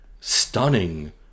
stunning